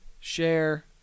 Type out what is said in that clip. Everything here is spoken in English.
share